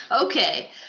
Okay